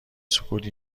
سکوت